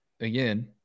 again